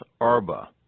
Arba